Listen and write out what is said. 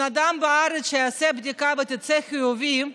אדם בארץ שעושה בדיקה והיא יוצאת חיובית,